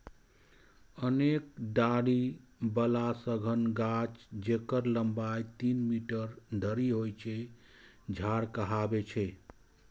अनेक डारि बला सघन गाछ, जेकर लंबाइ तीन मीटर धरि होइ छै, झाड़ कहाबै छै